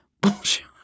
bonjour